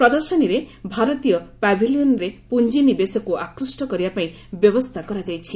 ପ୍ରଦର୍ଶନୀରେ ଭାରତୀୟ ପାଭିଲିଅନ୍ରେ ପୁଞ୍ଜିନିବେଶକୁ ଆକୃଷ୍ଟ କରିବାପାଇଁ ବ୍ୟବସ୍ଥା କରାଯାଇଛି